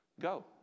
Go